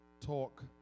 talk